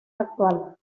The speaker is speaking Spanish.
actual